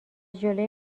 جلوی